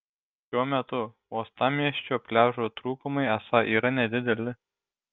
šiuo metu uostamiesčio pliažų trūkumai esą yra nedideli